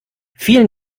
vielen